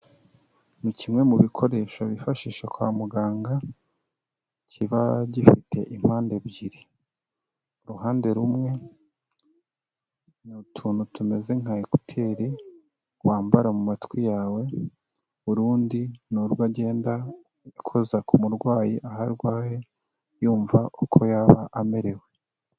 Ni kimwe mu bikoresho bifashisha kwa muganga, kiba gifite impande ebyiri. Uruhande rumwe, ni utuntu tumeze nka ekuteri, wambara mu matwi yawe, urundi ni urwo agenda akoza ku murwayi aho arwaye, yumva uko yaba amerewe.